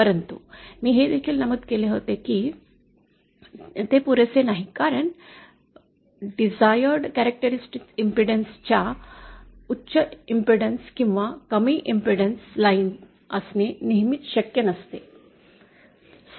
परंतु मी हे देखील नमूद केले की ते पुरेसे नाही कारण इच्छित वैशिष्ट्यपूर्ण इम्पेडन्स च्या उच्च इम्पेडन्स किंवा कमी इम्पेडन्स लाइन असणे नेहमीच शक्य नसते